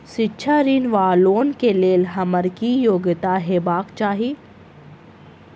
शिक्षा ऋण वा लोन केँ लेल हम्मर की योग्यता हेबाक चाहि?